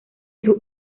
sus